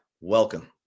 welcome